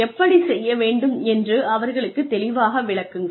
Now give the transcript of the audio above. எப்படிச் செய்ய வேண்டும் என்று அவர்களுக்குத் தெளிவாக விளக்குங்கள்